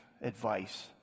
advice